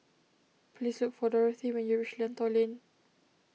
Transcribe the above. please look for Dorathy when you reach Lentor Lane